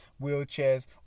wheelchairs